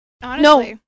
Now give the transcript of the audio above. No